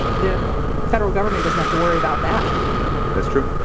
the federal government does have to worry about that that's true.